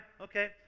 okay